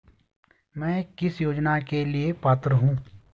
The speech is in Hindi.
मैं किस योजना के लिए पात्र हूँ?